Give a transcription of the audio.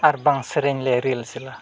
ᱟᱨ ᱵᱟᱝ ᱥᱮᱨᱮᱧ ᱞᱮ ᱨᱤᱭᱟᱹᱞ ᱥᱮᱞᱟ